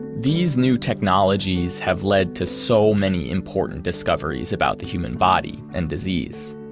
these new technologies have led to so many important discoveries about the human body and disease.